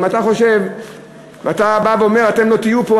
אם אתה חושב ואתה בא ואומר שאתם לא תהיו פה,